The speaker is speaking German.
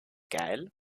geil